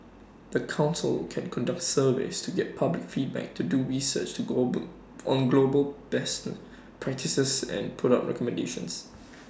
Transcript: the Council can conduct surveys to get public feedback to do research to global on global best practices and put up recommendations